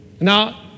Now